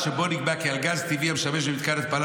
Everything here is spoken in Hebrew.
שבו נקבע כי על גז טבעי המשמש למתקן התפלה